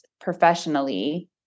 professionally